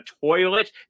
toilet